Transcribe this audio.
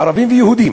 ערבים ויהודים.